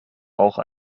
auch